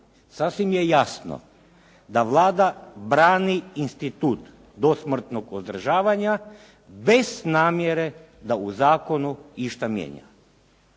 sasvim je jasno da Vlada brani institut do smrtnog održavanja, bez namjere da u zakonu išta mijenja.